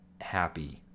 happy